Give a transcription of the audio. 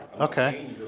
Okay